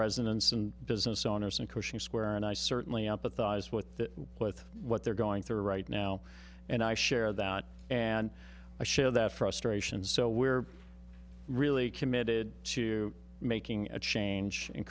residents and business owners and coaching square and i certainly up with eyes with that with what they're going through right now and i share that and i share that frustration so we're really committed to making a change